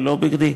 ולא בכדי.